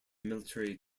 military